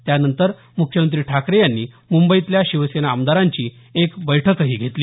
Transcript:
त्यानंतर मुख्यमंत्री ठाकरे यांनी मुंबईतल्या शिवसेना आमदारांची एक बैठक घेतली